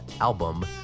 album